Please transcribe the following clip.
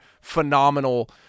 Phenomenal